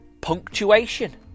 punctuation